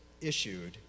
issued